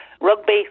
rugby